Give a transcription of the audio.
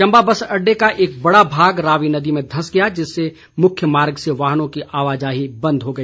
Chamba bus अड्डे का एक बड़ा भाग रावी नदी में धंस गया जिससे मुख्य मार्ग से वाहनों की आवाजाही बंद हो गई